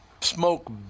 smoke